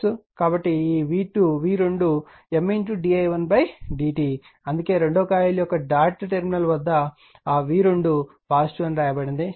కాబట్టి ఈ v2 M di1dt అందుకే కాయిల్ 2 యొక్క డాట్ టెర్మినల్ వద్ద ఆ v2 పాజిటివ్ అని వ్రాయబడింది